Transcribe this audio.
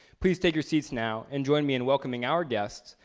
please take your seats now, and join me in welcoming our guests,